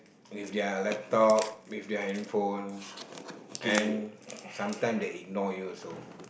with their laptop with their handphone and sometime they ignore you also